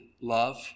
love